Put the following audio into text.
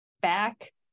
back